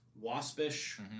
waspish